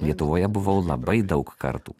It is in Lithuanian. lietuvoje buvau labai daug kartų